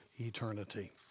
eternity